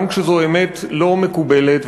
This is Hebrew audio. גם כשזו אמת לא מקובלת,